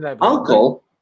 uncle